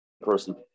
person